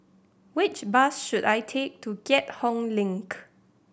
which bus should I take to Keat Hong Link